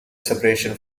separation